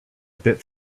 bit